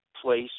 place